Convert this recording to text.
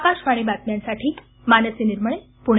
आकाशवाणी बातम्यांसाठी मानसी निर्मळे पुणे